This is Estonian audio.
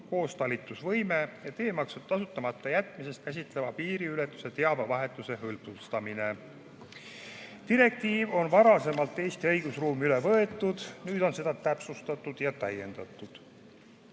koostalitlusvõime ja teemaksude tasumata jätmist käsitleva piiriületuse teabevahetuse hõlbustamine. Direktiiv on varasemalt Eesti õigusruumi üle võetud, nüüd on seda täpsustatud ja täiendatud.